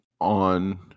on